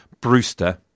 brewster